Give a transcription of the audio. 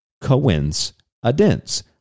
coincidence